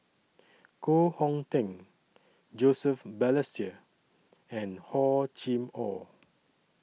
Koh Hong Teng Joseph Balestier and Hor Chim Or